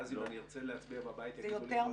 ואז אם אני ארצה להצביע בבית אתם יודעים שכבר הצבעתי?